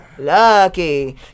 Lucky